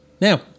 now